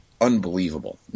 unbelievable